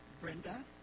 Brenda